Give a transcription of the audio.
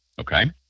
okay